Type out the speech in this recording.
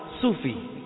Sufi